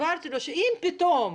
שאם פתאום